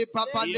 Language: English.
Papa